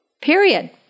Period